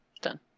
Done